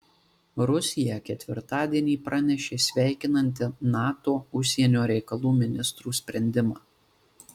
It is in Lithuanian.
rusija ketvirtadienį pranešė sveikinanti nato užsienio reikalų ministrų sprendimą